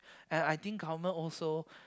and I think government also